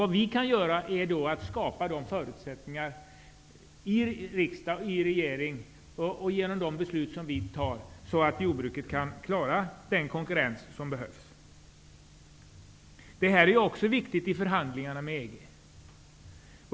Vad vi kan göra i riksdag och i regering är att genom olika beslut skapa förutsättningar för jordbruket att klara den nödvändiga konkurrensen. Också detta är viktigt inför förhandlingarna med EG.